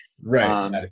Right